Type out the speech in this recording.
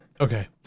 Okay